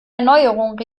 erneuerung